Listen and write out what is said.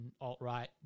alt-right